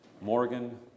Morgan